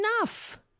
Enough